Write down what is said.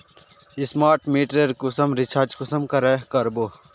Smart मीटरेर कुंसम recharge कुंसम करे का बो?